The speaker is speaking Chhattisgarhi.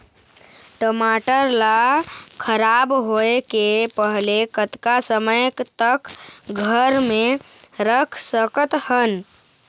टमाटर ला खराब होय के पहले कतका समय तक घर मे रख सकत हन?